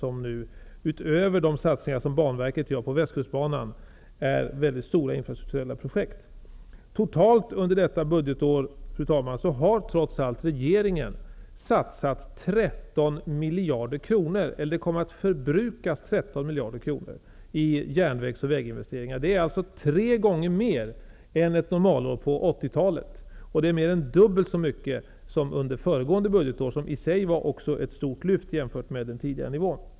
De är väldigt stora infrastrukturella projekt utöver de satsningar som Totalt under detta budgetår så har regeringen trots allt satsat 13 miljarder kronor, eller kommer snarare att förbruka 13 miljarder kronor i järvägsoch väginvesteringar. Det är alltså tre gånger mer än under ett normalår på 80-talet, och det är mer än dubbelt så mycket som under föregående budgetår, som i sig var ett stort lyft jämfört med tidigare nivå.